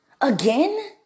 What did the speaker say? Again